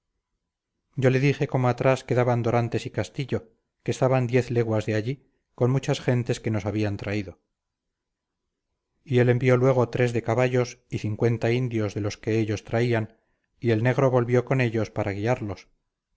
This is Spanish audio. yo le dije cómo atrás quedaban dorantes y castillo que estaban diez leguas de allí con muchas gentes que nos habían traído y él envió luego tres de caballos y cincuenta indios de los que ellos traían y el negro volvió con ellos para guiarlos